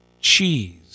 cheese